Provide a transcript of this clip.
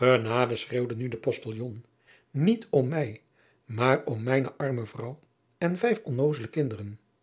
enade schreeuwde nu de ostiljon niet om mij maar om mijne arme vrouw en vijf onnoozele kinderen